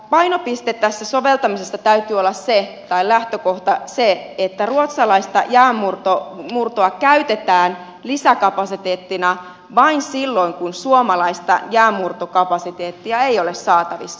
lähtökohdan tässä soveltamisessa täytyy olla se että ruotsalaista jäänmurtoa käytetään lisäkapasiteettina vain silloin kun suomalaista jäänmurtokapasiteettia ei ole saatavissa